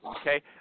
okay